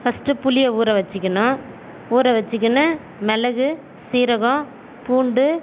first புளியை ஊற வச்சுக்கணும் ஊற வச்சுக்கினு மிளகு சீரகம் பூண்டு